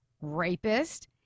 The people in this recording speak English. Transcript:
Rapist